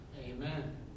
Amen